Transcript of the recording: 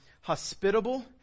Hospitable